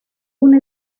una